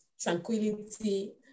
tranquility